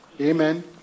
Amen